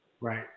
Right